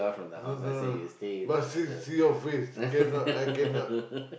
no no no but see see office I cannot I cannot